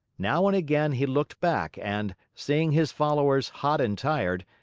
now and again, he looked back and, seeing his followers hot and tired,